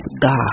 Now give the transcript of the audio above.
God